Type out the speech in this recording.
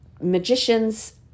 magicians